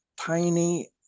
tiny